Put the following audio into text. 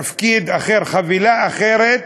לתפקיד אחר, חבילה אחרת